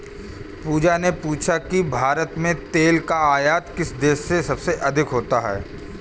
पूजा ने पूछा कि भारत में तेल का आयात किस देश से सबसे अधिक होता है?